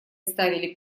ставили